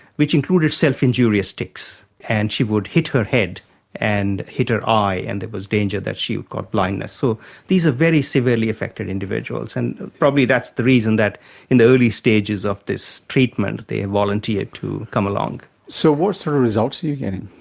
which included self-injurious tics, and she would hit her head and hit her eye, and there was danger that she would get blindness. so these are very severely affected individuals, and probably that's the reason that in the early stages of this treatment they volunteered to come along. so what sort of results are you getting?